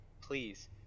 Please